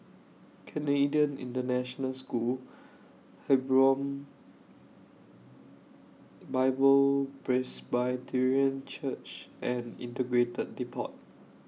Canadian International School Hebron Bible Presbyterian Church and Integrated Depot